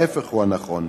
ההיפך הוא הנכון: